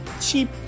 cheap